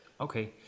Okay